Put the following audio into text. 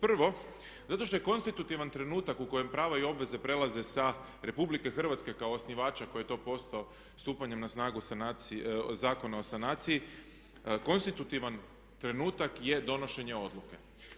Prvo, zato što je konstitutivan trenutak u kojem prava i obveze prelaze sa RH kao osnivača koji je to postao stupanjem na snagu Zakona o sanaciji, konstitutivan trenutak je donošenje odluke.